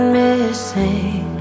missing